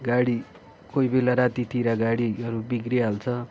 गाडी कोही बेला रातितिर गाडीहरू बिग्रिहाल्छ